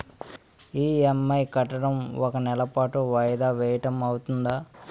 EMI కట్టడం ఒక నెల పాటు వాయిదా వేయటం అవ్తుందా?